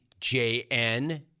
JN